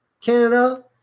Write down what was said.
Canada